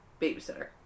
babysitter